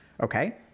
Okay